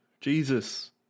Jesus